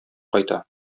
кайта